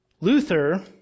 Luther